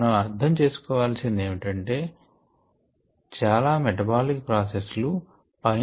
మనం అర్ధం చేసుకోవాలసింది ఏమిటంటే చాలా మెటబాలిక్ ప్రాసెస్ లు పైన చెప్పిన దానికి దోహద పడతాయి